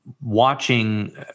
watching